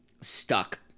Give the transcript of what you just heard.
stuck